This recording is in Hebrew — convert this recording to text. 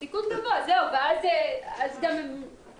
אסור להיות בסיטואציה הזאת, זאת לא כוונת הסעיף.